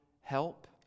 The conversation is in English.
help